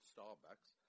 Starbucks